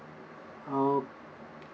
oh